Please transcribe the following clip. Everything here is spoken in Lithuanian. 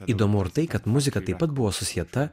įdomu ir tai kad muzika taip pat buvo susieta